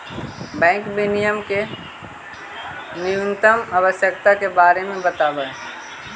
bank विनियमन के न्यूनतम आवश्यकता के बारे में बतावऽ